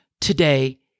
Today